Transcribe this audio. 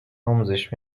آموزش